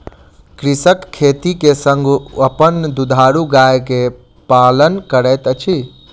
कृषक खेती के संग अपन दुधारू गाय के पालन करैत अछि